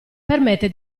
permette